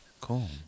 Cool